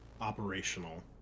operational